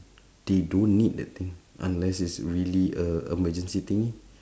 they don't need that thing unless it's really a emergency thingy